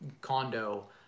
condo